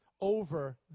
over